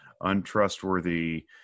untrustworthy